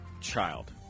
child